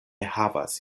havas